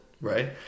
Right